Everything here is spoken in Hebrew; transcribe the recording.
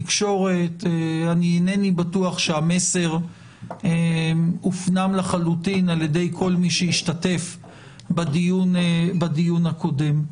אינני בטוח שהמסר הופנם לחלוטין על ידי כל מי שהשתתף בדיון הקודם.